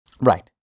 Right